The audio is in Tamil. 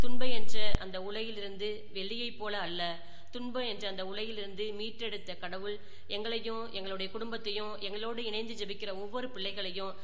துன்பம் என்ற அந்த உலையிலிருந்து வெள்ளியைப் போல் அல்ல துன்பம் என்ற அந்த உலையிலிருந்து மீட்டெடுத்த கடவுள் எங்களையும் எங்களுடைய குடும்பத்தையும் எங்களோடு இணைந்து ஜெபிக்கிற ஒவ்வொரு பிள்ளைகளையும்